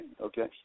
Okay